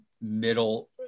middle